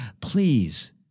please